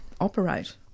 operate